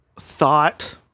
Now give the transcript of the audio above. thought